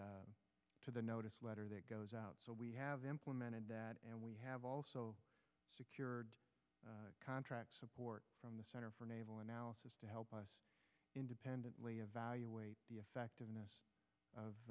the to the notice letter that goes out so we have implemented that and we have also secured contracts support from the center for naval analysis to help us independently evaluate the effectiveness of